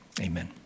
amen